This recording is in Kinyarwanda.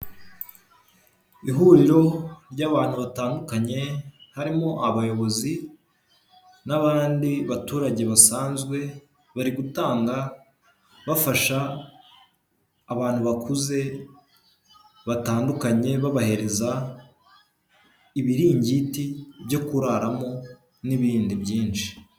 Ihuriro ry'abantu batandukanye, harimo abayobozi, n'abandi baturage basanzwe, bari gutanga, bafasha abantu bakuze batandukanye, babahereza ibiringiti byo kuraramo, n'ibindi byinshi.